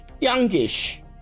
Youngish